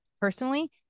personally